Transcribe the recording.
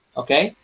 okay